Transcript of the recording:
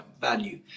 value